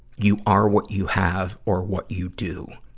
you are what you have or what you do.